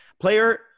Player